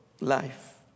life